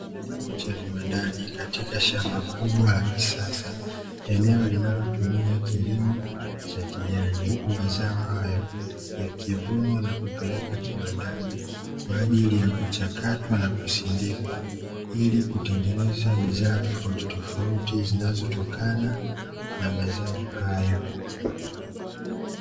Kilimo cha viwandani katika shamba kubwa la kisasa, eneo linalotumia kilimo cha kijani, huku mazao hayo yakivunwa na kupelekwa kiwandani kwa ajili ya kuchakatwa na kusindikwa, ili kutengeneza bidhaa tofautitofauti zinazotokana na mazao hayo.